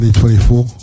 2024